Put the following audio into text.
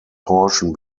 portion